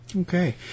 Okay